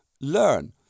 learn